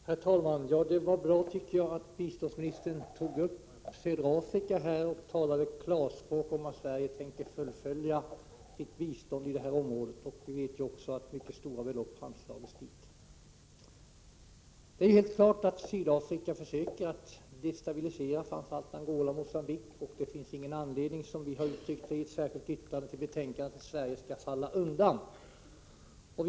Herr talman! Det var bra att biståndsministern tog upp södra Afrika och talade klarspråk. Hon sade att Sverige tänker fullfölja sitt bistånd i det området. Vi vet att mycket stora belopp har anslagits till ändamålet. Det är helt klart att Sydafrika försöker destabilisera framför allt Angola och Mogambique. Det finns ingen anledning för Sverige att falla undan i det sammanhanget, vilket vi har anfört i ett särskilt yttrande till betänkandet.